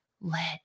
let